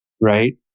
right